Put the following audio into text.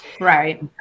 Right